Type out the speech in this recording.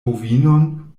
bovinon